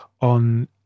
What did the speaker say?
on